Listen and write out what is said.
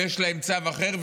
ויש להם צו אחר,